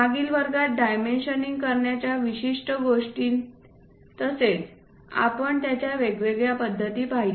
मागील वर्गात डायमेन्शनिंग करण्याच्या विशेष गोष्टीं तसेच आपण त्याच्या वेगवेगळ्या पद्धती पाहिल्या